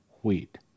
wheat